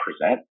present